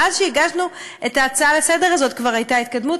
מאז שהגשנו את ההצעה לסדר הזאת כבר הייתה התקדמות,